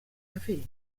café